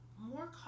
more